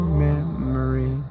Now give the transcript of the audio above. memory